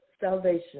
salvation